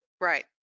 Right